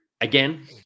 again